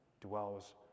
dwells